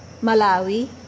Malawi